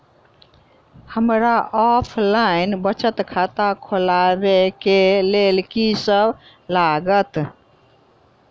हमरा ऑफलाइन बचत खाता खोलाबै केँ लेल की सब लागत?